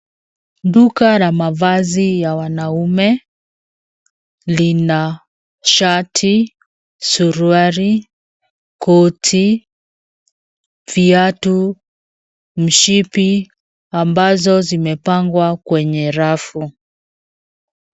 Duka la mavazi ya wanaume lina shati, suruali, koti, viatu, mshipi ambazo zimepangwa kwenye rafu.